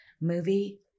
movie